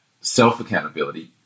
self-accountability